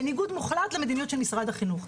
בניגוד מוחלט למדיניות של משרד החינוך.